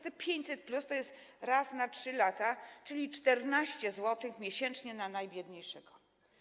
Te 500+ jest raz na 3 lata, czyli 14 zł miesięcznie na najbiedniejszego.